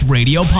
Radio